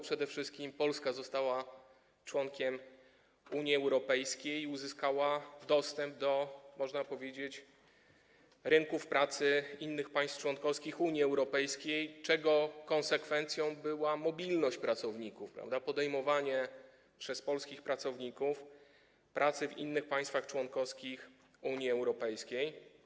Przede wszystkim Polska została członkiem Unii Europejskiej i uzyskała dostęp do, można powiedzieć, rynków pracy innych państw członkowskich Unii Europejskiej, czego konsekwencją była mobilność pracowników, podejmowanie przez polskich pracowników pracy w innych państwach członkowskich Unii Europejskiej.